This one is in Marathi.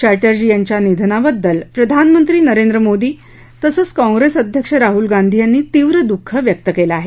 चॅटर्जी यांच्या निधनाबद्दल प्रधानमंत्री नरेंद्र मोदी तसंच काँप्रेस अध्यक्ष राहुल गांधी यांनी तीव्र दुःख व्यक्त केलं आहे